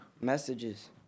Messages